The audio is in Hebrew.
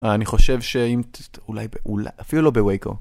אני חושב שאם אולי אולי אפילו לא בווייגו